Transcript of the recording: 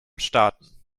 starten